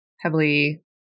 heavily